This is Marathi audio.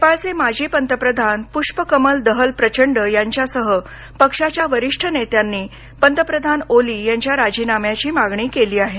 नेपाळचे माजी पंतप्रधान पुष्प कमल दहल प्रचंड यांच्यासह पक्षाच्या वरीष्ठ नेत्यांनी पंतप्रधान ओली यांच्या राजीनाम्याची मागणी केली आहे